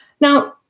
Now